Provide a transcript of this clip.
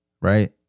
right